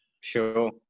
sure